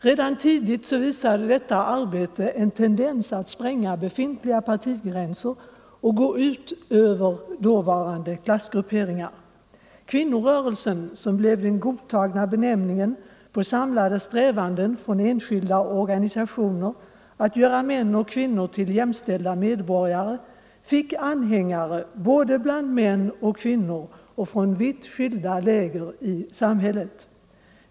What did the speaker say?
Redan tidigt visade detta arbete en tendens att spränga befintliga partigränser och gå ut över dåvarande klassgrupperingar. Kvinnorörelsen, som blev den godtagna benämningen på samlade strävanden från enskilda och organisationer att göra män och kvinnor till jämställda medborgare, fick anhängare bland både kvinnor och män och från vitt skilda läger i samhället.